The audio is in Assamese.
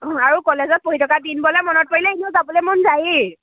অঁ আৰু কলেজত পঢ়ি থকা দিনবোৰলৈ মনত পৰিলেই এনেও যাবলৈ মন যায়ই